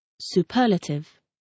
Superlative